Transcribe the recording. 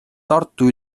tartu